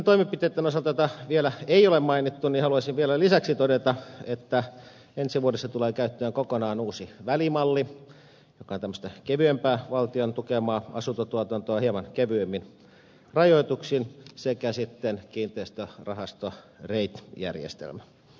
niitten toimenpiteitten osalta joita vielä ei ole mainittu haluaisin vielä lisäksi todeta että ensi vuodeksi tulee käyttöön kokonaan uusi välimalli joka on tämmöistä kevyempää valtion tukemaa asuntotuotantoa hieman kevyemmin rajoituksin sekä sitten kiinteistörahastojen reit järjestelmä